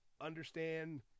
understand